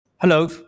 Hello